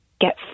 get